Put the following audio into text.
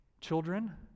Children